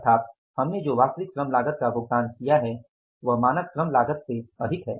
अर्थात हमने जो वास्तविक श्रम लागत का भुगतान किया है वह मानक श्रम लागत से अधिक है